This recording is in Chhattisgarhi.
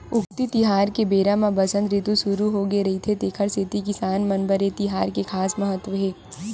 उक्ती तिहार के बेरा म बसंत रितु सुरू होगे रहिथे तेखर सेती किसान मन बर ए तिहार के खास महत्ता हे